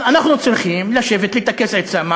אנחנו צריכים לשבת, לטכס עצה.